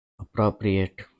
appropriate